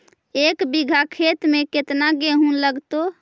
एक बिघा खेत में केतना गेहूं लगतै?